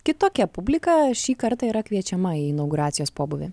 kitokia publika šį kartą yra kviečiama į inauguracijos pobūvį